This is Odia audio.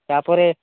ତାପରେ